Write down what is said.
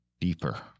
deeper